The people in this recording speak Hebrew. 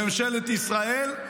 לממשלת ישראל,